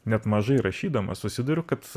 net mažai rašydamas susiduriu kad